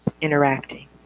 interacting